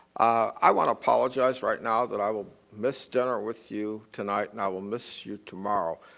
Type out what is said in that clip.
i want to apologize right now that i will miss dinner with you tonight and i will miss you tomorrow.